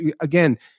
again